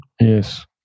Yes